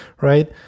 right